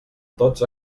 tot